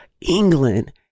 England